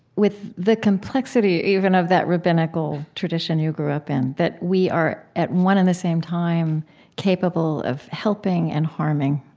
with the complexity even of that rabbinical tradition you grew up in that we are at one and the same time capable of helping and harming.